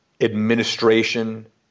administration